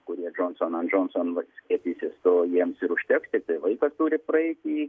kurie johnson end johnson skiepysis to jiems ir užteks tai laikas turi praeiti